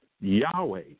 Yahweh